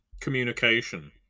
communication